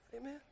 Amen